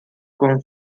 kung